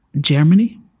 Germany